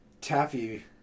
Taffy